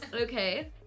Okay